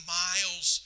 miles